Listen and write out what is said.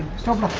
stopped